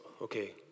okay